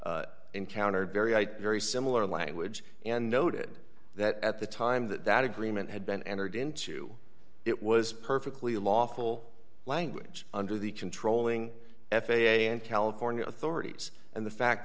encountered very very similar language and noted that at the time that that agreement had been entered into it was perfectly lawful language under the controlling f a a and california authorities and the fact